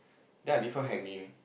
then I leave her hanging